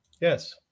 Yes